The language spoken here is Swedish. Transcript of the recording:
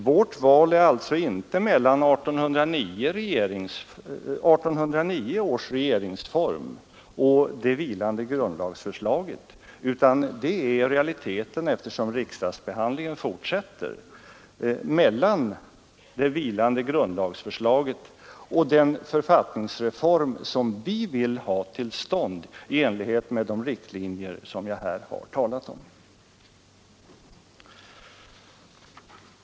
Vårt val står alltså inte mellan 1809 års regeringsform och det vilande grundlagsförslaget utan i realiteten, eftersom <riksdagsbehandlingen fortsätter, mellan det vilande grundlagsförslaget och den författningsreform som vi vill ha till stånd i enlighet med de riktlinjer som jag här har talat om.